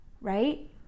right